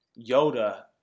Yoda